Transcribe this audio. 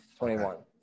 21